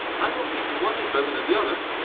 i don't think one is better than the other,